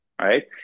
right